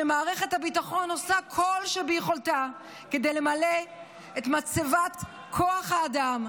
כשמערכת הביטחון עושה כל שביכולתה כדי למלא את מצבת כוח האדם,